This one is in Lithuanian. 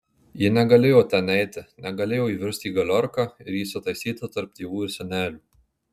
ji negalėjo ten eiti negalėjo įvirsti į galiorką ir įsitaisyti tarp tėvų ir senelių